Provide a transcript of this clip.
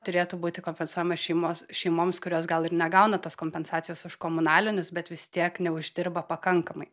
turėtų būti kompensuojama šeimos šeimoms kurios gal ir negauna tos kompensacijos už komunalinius bet vis tiek neuždirba pakankamai